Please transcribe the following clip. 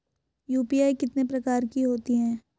UPI कितने प्रकार की होती हैं?